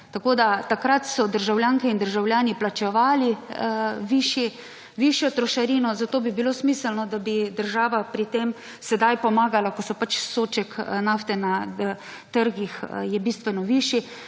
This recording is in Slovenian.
Takrat so državljanke in državljani plačevali višjo trošarino, zato bi bilo smiselno, da bi država pri tem sedaj pomagala, ko je sodček nafte na trgih bistveno višji,